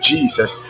Jesus